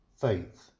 faith